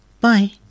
Bye